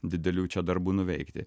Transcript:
didelių čia darbų nuveikti